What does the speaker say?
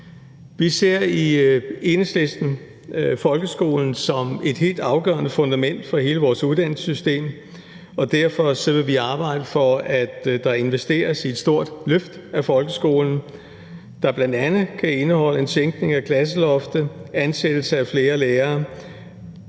Vi ser i Enhedslisten folkeskolen som et helt afgørende fundament for hele vores uddannelsessystem, og derfor vil vi arbejde for, at der investeres i et stort løft af folkeskolen, der bl.a. kan indeholde en sænkning af klasseloftet, ansættelse af flere lærere